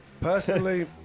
personally